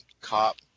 cop